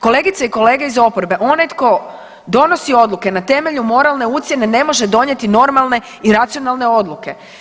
Kolegice i kolege iz oporbe, onaj tko donosi odluke na temelju moralne ucjene, ne može donijeti normalne i racionalne odluke.